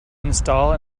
install